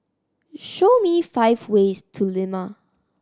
show me five ways to Lima